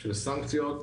של סנקציות.